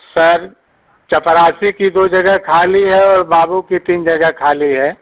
sir चपरासी की दो जगह खाली है और बाबू की तीन जगह खाली है